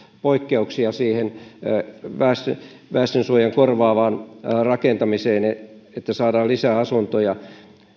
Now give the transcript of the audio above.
poikkeuksia siihen väestönsuojan korjaavaan rakentamiseen että saadaan lisää asuntoja